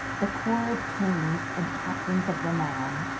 the corps of kings, and captains of renown,